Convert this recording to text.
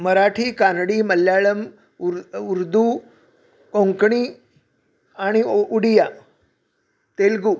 मराठी कानडी मल्याळम उर् उर्दू कोंकणी आणि ओ उडिया तेलगू